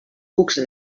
cucs